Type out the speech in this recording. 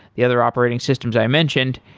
the other operating systems i mentioned.